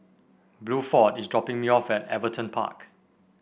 Bluford is dropping me off at Everton Park